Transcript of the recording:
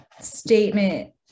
statement